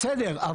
הבנתי, בסדר.